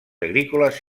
agrícoles